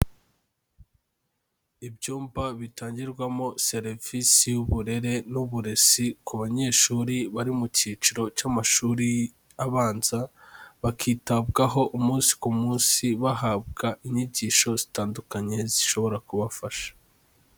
Ibyumba bitangirwamo serivisi y'uburere n'uburezi ku banyeshuri bari mu cyiciro cy'amashuri abanza, bakitabwaho umunsi ku munsi bahabwa inyigisho zitandukanye zishobora kubafasha.